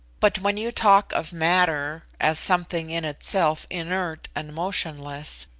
but when you talk of matter as something in itself inert and motionless,